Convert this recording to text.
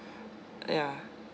ya